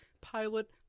pilot